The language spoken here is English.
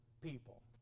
people